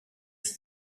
vie